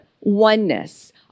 oneness